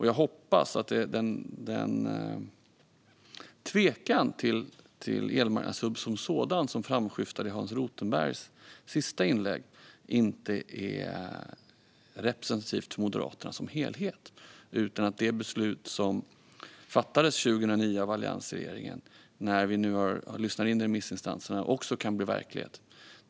Jag hoppas att den tveksamhet till elmarknadshubben som sådan som framskymtade i Hans Rothenbergs sista inlägg inte är representativ för Moderaterna som helhet utan att det beslut som fattades 2009 av alliansregeringen kan bli verklighet efter att vi har lyssnat in remissinstanserna.